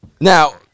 Now